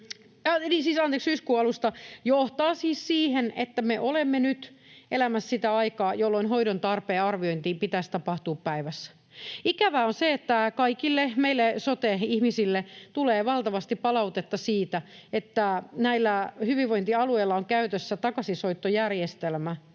syyskuun alusta — johtaa siis siihen, että me olemme nyt elämässä sitä aikaa, jolloin hoidon tarpeen arviointi pitäisi tapahtua päivässä. Ikävää on se, että kaikille meille sote-ihmisille tulee valtavasti palautetta siitä, että näillä hyvinvointialueilla on käytössä takaisinsoittojärjestelmä.